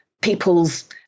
people's